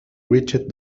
reached